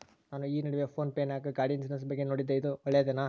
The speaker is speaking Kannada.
ನಾನು ಈ ನಡುವೆ ಫೋನ್ ಪೇ ನಾಗ ಗಾಡಿ ಇನ್ಸುರೆನ್ಸ್ ಬಗ್ಗೆ ನೋಡಿದ್ದೇ ಇದು ಒಳ್ಳೇದೇನಾ?